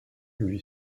lui